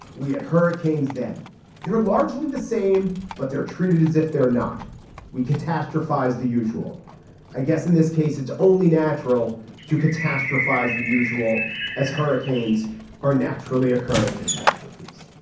we had hurricanes then they're largely the same but they're treated as if they're not we catastrophes the usual i guess in this case it's only natural to catastrophes the usual as hurricanes are naturally occurring catastrophes